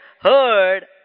heard